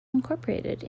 incorporated